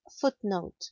footnote